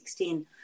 2016